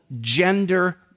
Gender